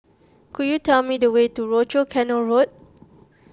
could you tell me the way to Rochor Canal Road